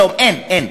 אין.